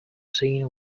seeing